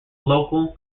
local